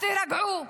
אז תירגעו,